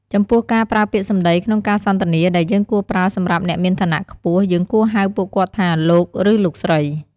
ចំពោះការប្រើពាក្យសម្តីក្នុងការសន្ទនាដែលយើងគួរប្រើសម្រាប់អ្នកមានឋានៈខ្ពស់ យើងគួរហៅពួកគាត់ថា លោក ឬលោកស្រី។